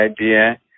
idea